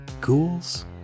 ghouls